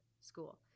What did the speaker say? school